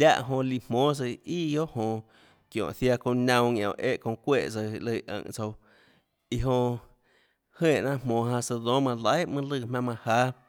láhã jonã líã jmonå ià guiohà jonå çiónhå ziaã çounã naunã ñanã éhã çounã çuéhã tsøã lùã ùnhå tsouã iã jonã jenè jnanà jmonå janã søã dónâ manã laihà mønâ lùã jmaønâ manã jáâ